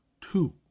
two